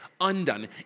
undone